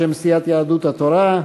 בשם סיעת יהדות התורה.